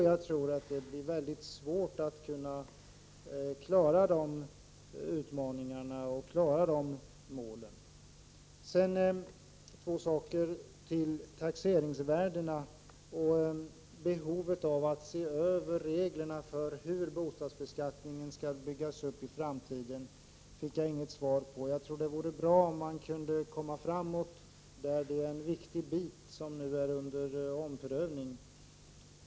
Jag tror alltså att det då blir väldigt svårt att klara utmaningarna och de uppsatta målen. Sedan två saker till. För det första gäller det taxeringsvärdena. För det andra gäller det behovet av att se över reglerna för hur bostadsbeskattningen skall byggas upp i framtiden. Jag fick inget svar på mina frågor. Men jag tror att det vore bra om vi kunde komma framåt här. Det är ju en viktig bit som nu är under omprövning.